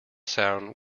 sound